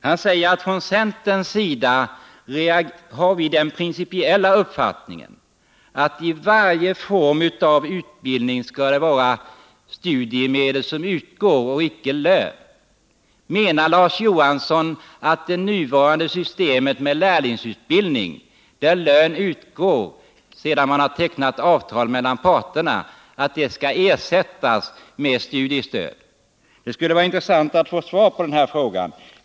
Han sade att man på centerhåll har den principiella uppfattningen att det för varje form av utbildning skall utgå studiemedel och icke lön. Menar Larz Johansson att det nuvarande systemet med lärlingsutbildning, där lön utgår sedan parterna tecknat avtal, skall ersättas med studiestöd? Det skulle vara intressant att få svar på den frågan.